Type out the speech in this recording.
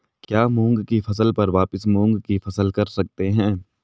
क्या मूंग की फसल पर वापिस मूंग की फसल कर सकते हैं?